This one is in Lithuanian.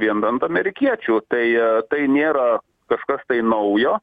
vien amerikiečių tai tai nėra kažkas tai naujo